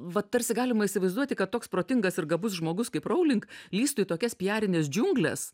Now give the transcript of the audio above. va tarsi galima įsivaizduoti kad toks protingas ir gabus žmogus kaip raulink lįstų į tokias pjerines džiungles